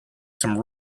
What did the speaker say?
some